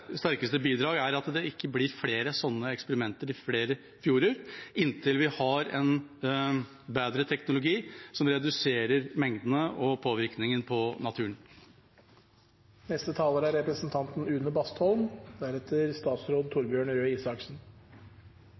sterkeste bidrag er at det ikke blir flere slike eksperimenter i flere fjorder, inntil vi har en bedre teknologi som reduserer mengdene og påvirkningen på naturen.